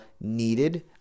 needed